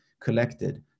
collected